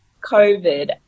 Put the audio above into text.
COVID